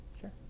Sure